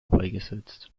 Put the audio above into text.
beigesetzt